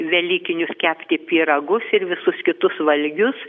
velykinius kepti pyragus ir visus kitus valgius